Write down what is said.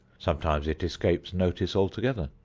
sometimes it escapes notice altogether.